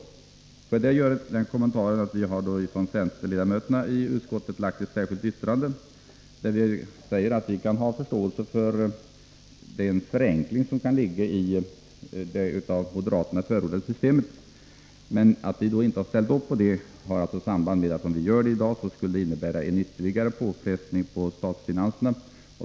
Jag vill göra den ytterligare kommentaren att vi centerledamöter i utskottet lämnat ett särskilt yttrande, där vi säger att det av moderaterna förordade systemet kan innebära en förenkling. Att vi inte ställer oss bakom det beror på att förslaget skulle innebära en ytterligare påfrestning på statsfinanserna.